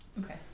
Okay